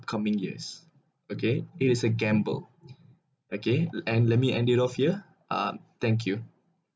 coming years okay it is a gamble okay and let me ended off here um thank you